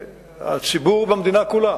הציבור במדינה כולה